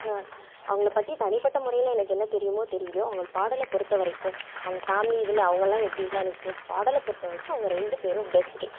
அவங்கள பற்றி தனிபட்ட முறையில் எனக்கு என்ன தெரியுமோ தெரியலயோ அவங்க பாடலை பொறுத்த வரைக்கும் அவங்க ஃபேமிலி இதில் அவங்களாம் எப்படிலாம் எனக்கு பாடலை பொறுத்த வரைக்கும் அவங்க ரெண்டு பேரும் பெஸ்ட்டு